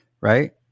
Right